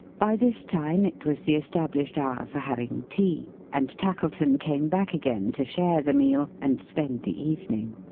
by this time it was the established hour for having tea and tackleton came back again, to share the meal, and spend the evening.